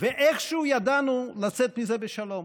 ואיכשהו ידענו לצאת מזה בשלום.